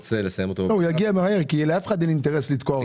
הוא יגיע מהר כי לאף אחד אין אינטרס לתקוע אותו.